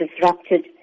disrupted